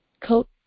coat